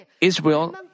Israel